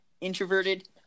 introverted